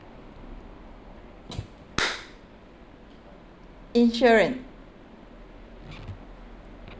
insurance